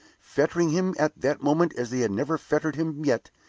fettering him at that moment as they had never fettered him yet,